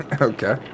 Okay